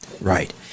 right